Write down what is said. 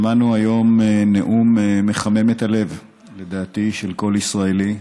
שמענו היום נאום מחמם את הלב, לדעתי של כל ישראלי,